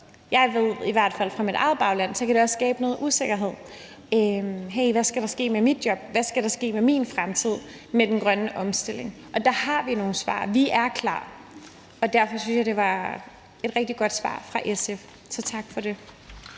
jeg ved i hvert fald fra mit eget bagland, at det også kan skabe noget usikkerhed: Hey, hvad skal der ske med mit job, og hvad skal der ske med min fremtid i forhold til den grønne omstilling? Og der har vi nogle svar. Vi er klar. Og derfor synes jeg, det var et rigtig godt svar fra SF, så tak for det.